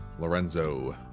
Lorenzo